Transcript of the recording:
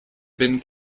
been